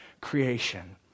creation